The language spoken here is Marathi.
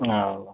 हा